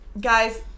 Guys